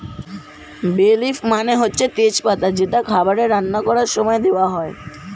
বে লিফ মানে হচ্ছে তেজ পাতা যেটা খাবারে রান্না করার সময়ে দেওয়া হয়